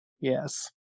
Yes